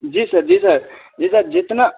जी sir जी sir जी sir जितना